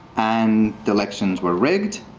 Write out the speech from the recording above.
and the elections were rigged.